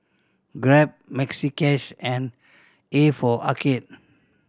Grab Maxi Cash and A for Arcade